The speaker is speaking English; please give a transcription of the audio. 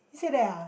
he said that ah